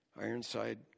Ironside